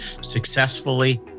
successfully